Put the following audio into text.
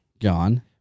Gone